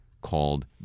called